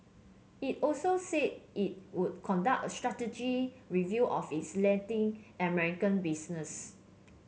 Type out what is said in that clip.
it also said it would conduct a strategic review of its Latin American business